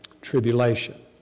Tribulation